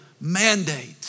mandate